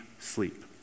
sleep